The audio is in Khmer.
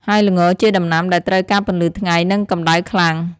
ហើយល្ងជាដំណាំដែលត្រូវការពន្លឺថ្ងៃ និងកម្តៅខ្លាំង។